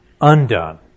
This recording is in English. undone